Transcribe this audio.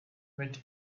went